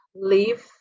leave